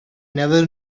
never